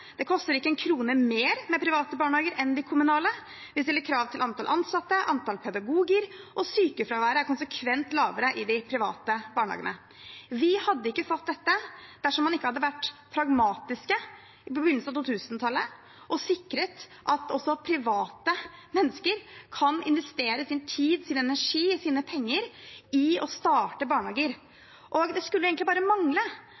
Det koster ikke én krone mer med private barnehager enn kommunale. Vi stiller krav til antall ansatte og antall pedagoger, og sykefraværet er konsekvent lavere i de private barnehagene. Vi hadde ikke fått dette dersom man ikke hadde vært pragmatiske på begynnelsen av 2000-tallet og sikret at også private mennesker kan investere sin tid, sin energi og sine penger i å starte barnehager. Det skulle egentlig bare mangle